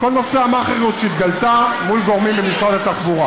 כל נושא ה"מאכעריות" שהתגלתה מול גורמים במשרד התחבורה,